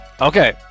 Okay